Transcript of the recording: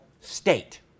state